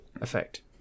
effect